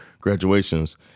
graduations